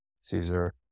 Caesar